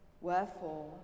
Wherefore